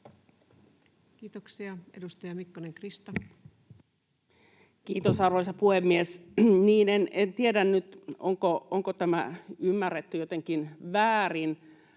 Kiitoksia. — Edustaja Mikkonen, Krista. Kiitos, arvoisa puhemies! Niin, en tiedä nyt, onko tämä ymmärretty jotenkin väärin.